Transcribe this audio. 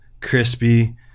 crispy